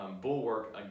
bulwark